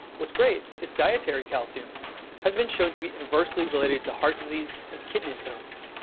what's great is dietary calcium has been shown to be inversely related to heart disease and kidney stones.